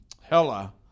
Hella